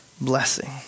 blessing